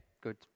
good